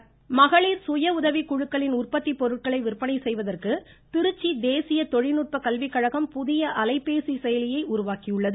திருமதிகார்ட் மகளிர் சுயஉதவி குழுக்களின் உற்பத்தி பொருட்களை விற்பனை செய்வதற்கு திருச்சி தேசிய தொழில்நுட்ப கல்வி கழகம் புதிய அலைபேசி செயலியை உருவாக்கியுள்ளது